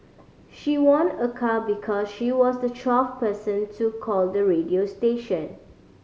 she won a car because she was the twelfth person to call the radio station